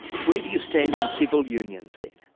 where do you stand on civil unions, then?